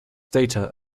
data